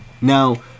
Now